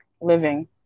living